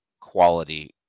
quality